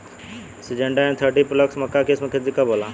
Syngenta NK thirty plus मक्का के किस्म के खेती कब होला?